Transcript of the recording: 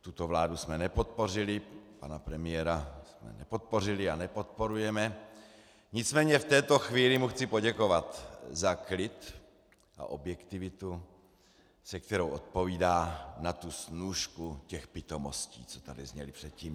Tuto vládu jsme nepodpořili, pana premiéra jsme nepodpořili a nepodporujeme, nicméně v této chvíli mu chci poděkovat za klid a objektivitu, se kterou odpovídá na tu snůšku pitomostí, co tady zněly předtím.